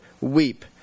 weep